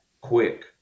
quick